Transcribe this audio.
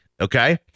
Okay